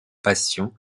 passion